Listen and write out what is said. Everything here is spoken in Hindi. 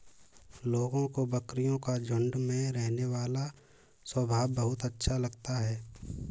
लोगों को बकरियों का झुंड में रहने वाला स्वभाव बहुत अच्छा लगता है